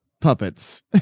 puppets